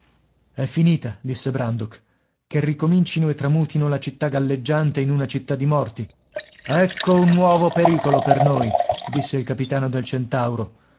è finita disse brandok che ricomincino e tramutino la città galleggiante in una città di morti ecco un nuovo pericolo per noi disse il capitano del centauro